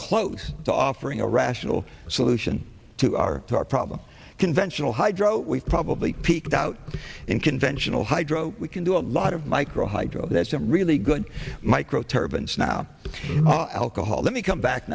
close to offering a rational solution to our to our problem conventional hydro we've probably peaked out in conventional hydro we can do a lot of micro hydro there's some really good micro turbans now alcohol let me come back